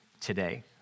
today